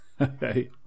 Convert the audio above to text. Okay